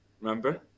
remember